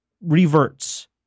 reverts